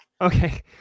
Okay